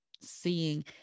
seeing